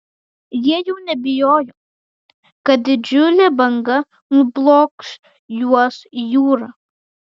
jie jau nebijojo kad didžiulė banga nublokš juos į jūrą